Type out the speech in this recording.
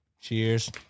Cheers